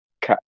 Cat